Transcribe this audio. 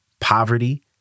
poverty